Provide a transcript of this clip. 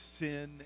sin